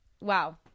wow